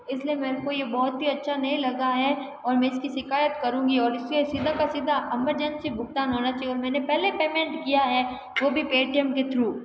इसलिए मेरे को बहुत ही अच्छा नहीं लगा है और मैं इसकी शिकायत करूंगी और इसे सीधा का सीधा एमरजेंसी भुगतान होना चाहिए और मैंने पहले पेमेंट किया है वो भी पेटीएम के थ्रू